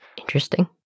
Interesting